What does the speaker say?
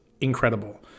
incredible